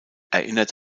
erinnert